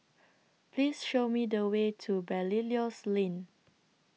Please Show Me The Way to Belilios Lane